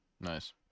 Nice